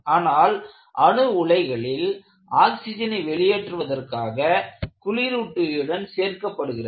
ஆனால் அணு உலைகளில் ஆக்சிஜனை வெளியேற்றுவதற்காக குளிரூட்டியுடன் சேர்க்கப்படுகின்றன